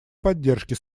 поддержке